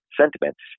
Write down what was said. sentiments